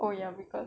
oh ya cause